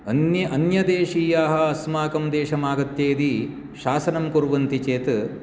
अन्य अन्यदेशीयाः अस्माकं देशम् आगत्य यदि शासनं कुर्वन्ति चेत्